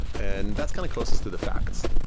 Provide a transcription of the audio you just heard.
and that's kind of closest to the fact,